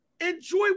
Enjoy